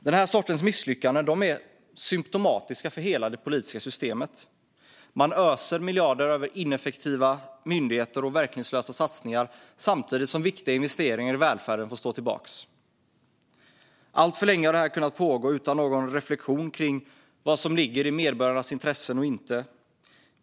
Den här sortens misslyckanden är symtomatiska för hela det politiska systemet. Man öser miljarder över ineffektiva myndigheter och verkningslösa satsningar samtidigt som viktiga investeringar i välfärden får stå tillbaka. Alltför länge har det här kunnat pågå utan någon reflektion kring vad som ligger i medborgarnas intresse och inte.